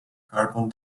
carbon